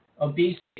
obesity